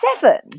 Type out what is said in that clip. seven